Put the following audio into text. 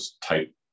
type